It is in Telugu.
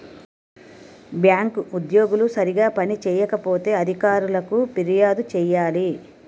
బ్యాంకు ఉద్యోగులు సరిగా పని చేయకపోతే పై అధికారులకు ఫిర్యాదు చేయాలి